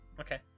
Okay